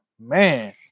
man